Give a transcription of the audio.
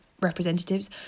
representatives